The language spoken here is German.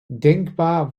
denkbar